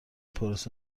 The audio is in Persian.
پروسه